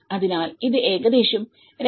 അതിനാൽ ഇത് ഏകദേശം 2